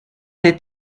des